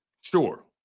sure